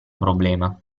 problema